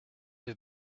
have